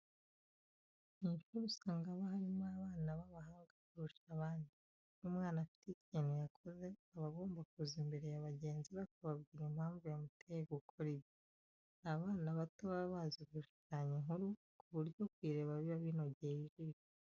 Mu ishuri usanga haba harimo abana b'abahanga kurusha abandi. Iyo umwana afite ikintu yakoze, aba agomba kuza imbere ya bagenzi be akababwira impamvu yamuteye gukora ibyo. Hari abana bato baba bazi gushushanya inkuru, ku buryo kuyireba biba binogeye ijisho.